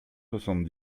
soixante